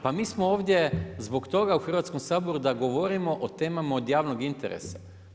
Pa mi smo ovdje zbog toga u Hrvatskom saboru, da govorimo o temama od javnog interesa.